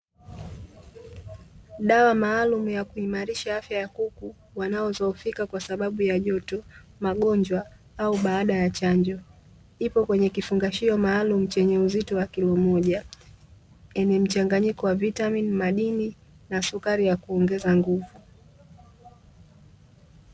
Dawa maalumu ya kuimarisha afya ya kuku, wanaodhohofika kwasababu ya joto, magonjwa au baada ya chanjo. Ipo kwenye kifungashio maalumu, yenye uzito wa kilo moja yenye mchanganyiko wa vitamini, madini na sukari ya kuongeza nguvu.